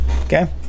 Okay